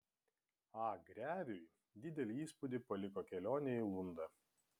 a greviui didelį įspūdį paliko kelionė į lundą